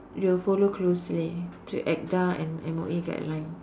they will follow closely to Acta and M_O_E guideline